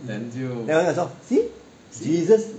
then 我就讲说 see jesus